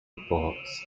reports